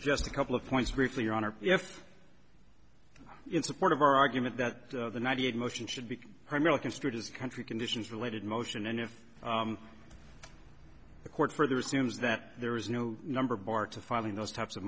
just a couple of points briefly your honor if in support of our argument that the ninety eight motion should be primarily construed as country conditions related motion and if the court further assumes that there is no number barred to filing those types of